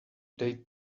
they